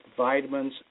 vitamins